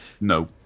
No